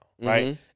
right